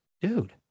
dude